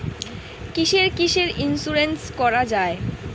কিসের কিসের ইন্সুরেন্স করা যায়?